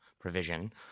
provision